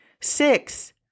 Six